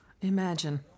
Imagine